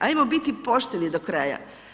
Hajmo biti pošteni do kraja.